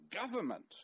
government